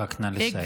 רק נא לסיים.